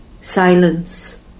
Silence